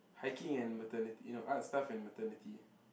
hiking and maternity you know art stuff and maternity